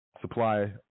supply